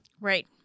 Right